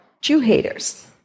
Jew-haters